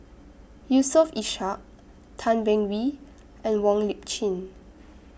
Yusof Ishak Tan Beng Swee and Wong Lip Chin